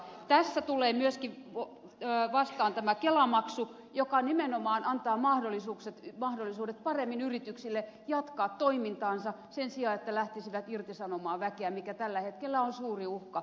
tässä tulee myöskin vastaan kelamaksu joka nimenomaan antaa mahdollisuudet paremmin yrityksille jatkaa toimintaansa sen sijaan että ne lähtisivät irtisanomaan väkeä mikä tällä hetkellä on suuri uhka